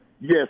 Yes